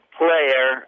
player